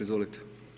Izvolite.